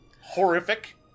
horrific